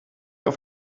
auf